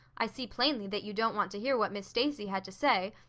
i see plainly that you don't want to hear what miss stacy had to say.